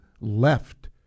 left